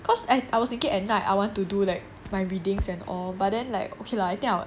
cause I was thinking at night I want to do like my readings and all but then like okay lah I think I will